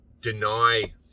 deny